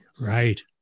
Right